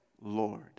lord